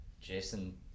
Jason